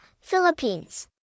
Philippines